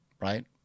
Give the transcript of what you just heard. right